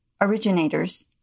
originators